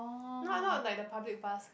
not not like the public bus